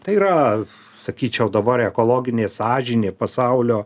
tai yra sakyčiau dabar ekologinė sąžinė pasaulio